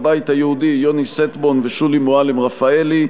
הבית היהודי: יוני שטבון ושולי מועלם-רפאלי.